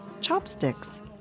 chopsticks